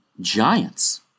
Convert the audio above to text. giants